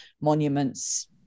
monuments